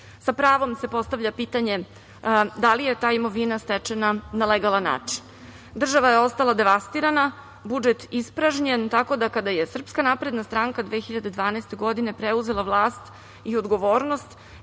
Sa pravom se postavlja pitanje da li je ta imovina stečena na legalan način? Država je ostala devastirana, budžet ispražnjen, tako da kada je SNS 2012. godine preuzela vlast i odgovornost